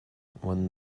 when